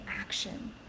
action